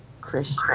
christian